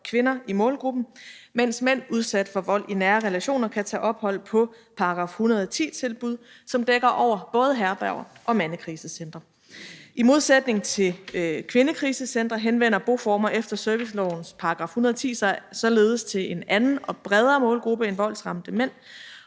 kvinder i målgruppen, mens mænd udsat for vold i nære relationer kan tage ophold på § 110-tilbud, som dækker over både herberger og mandekrisecentre. I modsætning til kvindekrisecentre henvender boformer efter servicelovens § 110 sig således til en anden og bredere målgruppe end voldsramte kvinder,